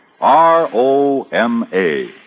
R-O-M-A